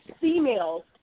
females